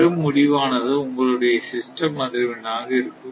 வரும் முடிவானது உங்களுடைய சிஸ்டம் அதிர்வெண் ஆக இருக்கும்